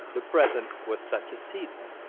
the present was such a season.